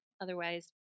Otherwise